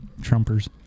Trumpers